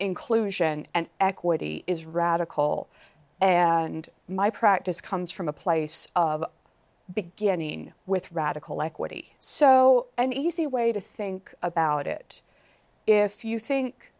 inclusion and equity is radical and my practice comes from a place of beginning with radical equity so an easy way to think about it if you think